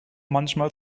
manchmal